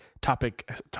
topic